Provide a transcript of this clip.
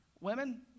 Women